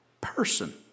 person